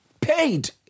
paid